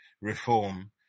reform